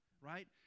right